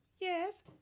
Yes